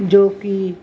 ਜੋ ਕਿ